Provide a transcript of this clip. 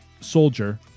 soldier